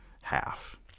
half